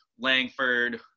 Langford